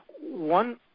one